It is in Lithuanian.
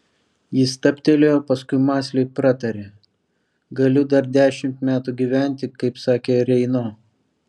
ji stabtelėjo paskui mąsliai pratarė galiu dar dešimt metų gyventi kaip sakė reino